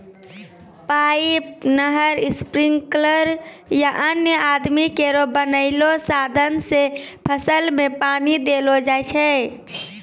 pipe, नहर, sprinkler या अन्य आदमी केरो बनैलो साधन सें फसल में पानी देलो जाय छै